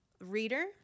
reader